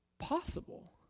possible